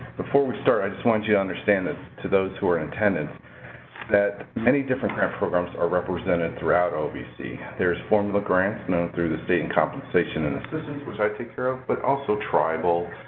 before we start, i just want you to understand that to those who are in attendance that many different grant programs are represented throughout ovc. there's formula grants known through the state and compensation and assistance which i take care of but also tribal,